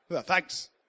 Thanks